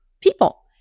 people